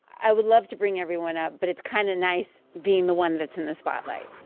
i would love to bring everyone up. but it's kind of nice being the one that's in the spotlight